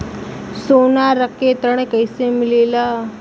सोना रख के ऋण कैसे मिलेला?